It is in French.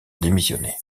démissionner